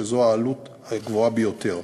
שזו העלות הגבוהה ביותר.